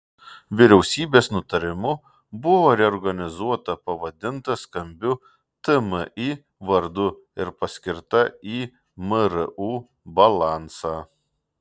vyriausybės nutarimu buvo reorganizuota pavadinta skambiu tmi vardu ir paskirta į mru balansą